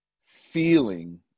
feeling